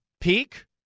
peak